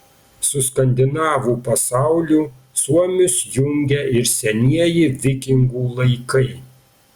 su skandinavų pasauliu suomius jungia ir senieji vikingų laikai